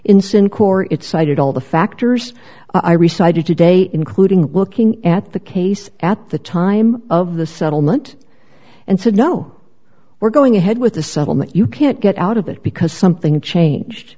incent core it cited all the factors i resized today including looking at the case at the time of the settlement and said no we're going ahead with the settlement you can't get out of it because something changed